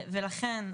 לכן,